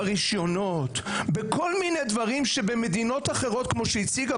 ברישיונות בכל מיני דברים שבמדינות אחרות כמו שהציגה